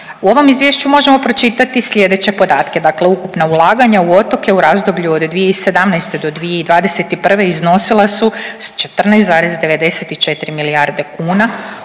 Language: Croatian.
U ovom izvješću možemo pročitati slijedeće podatke, dakle ukupna ulaganja u otoke u razdoblju od 2017. do 2021. iznosila su 14,94 milijarde kuna,